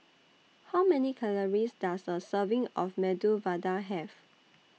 How Many Calories Does A Serving of Medu Vada Have